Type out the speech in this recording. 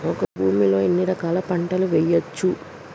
ఒక భూమి లో ఎన్ని రకాల పంటలు వేయచ్చు?